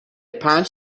پنج